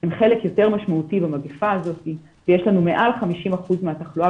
הם חלק יותר משמעותי במגיפה הזאת ומעל 50% מהתחלואה